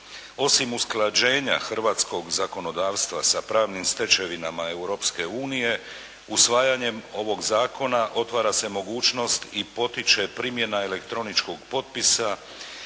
Osim usklađenja hrvatskog zakonodavstva sa pravnim stečevinama Europske unije usvajanjem ovog zakona otvara se mogućnost i potiče primjena elektroničkog potpisa,